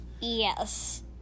Yes